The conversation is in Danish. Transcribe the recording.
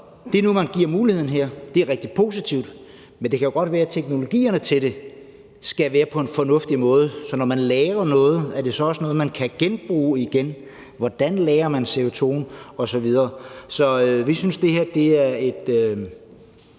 at man nu giver muligheden her, er rigtig positivt, men det kan jo godt være, at teknologierne til det skal være udviklet på en fornuftig måde, sådan at når man lagrer noget, betyder det også, at man kan bruge det igen. Hvordan lagrer man CO2'en osv.? Så vi synes, det her er et